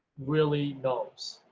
really knows.